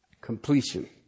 Completion